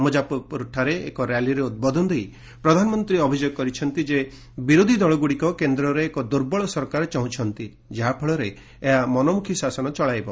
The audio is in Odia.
ମୁଜାଫରପୁରଠାରେ ଏକ ର୍ୟାଲିରେ ଉଦ୍ବୋଧନ ଦେଇ ପ୍ରଧାନମନ୍ତ୍ରୀ ଅଭିଯୋଗ କରିଛନ୍ତି ଯେ ବିରୋଧୀ ଦଳଗ୍ରଡିକ କେନ୍ଦ୍ରରେ ଏକ ଦୂର୍ବଳ ସରକାର ଚାହୁଁଛନ୍ତି ଯାହାଫଳରେ ଏହା ମନୋମୁଖ୍ ଶାସନ ଚଳାଇବ